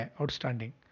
outstanding